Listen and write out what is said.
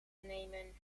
nemen